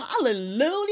Hallelujah